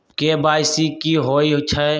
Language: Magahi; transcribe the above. के.वाई.सी कि होई छई?